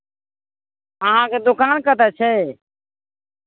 अहाँके दोकान कतय छै